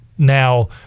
now